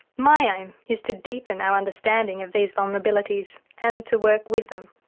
my aim is to deepen our understanding of these vulnerabilities and to work with them.